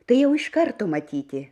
tai jau iš karto matyti